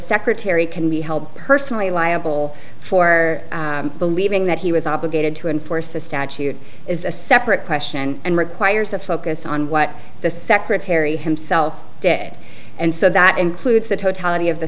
secretary can be helped personally liable for believing that he was obligated to enforce the statute is a separate question and requires a focus on what the secretary himself dead and so that includes the totality of the